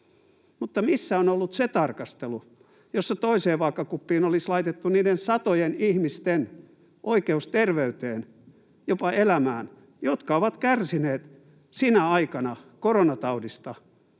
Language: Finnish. Mutta missä on ollut se tarkastelu, jossa toiseen vaakakuppiin olisi laitettu niiden satojen ihmisten oikeus terveyteen, jopa elämään, jotka ovat kärsineet koronataudista